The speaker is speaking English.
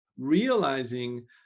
realizing